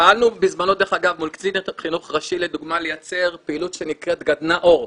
פעלנו בזמנו מול קצין חינוך ראשי לדוגמה לייצר פעילות שנקראת גדנ"ע אור,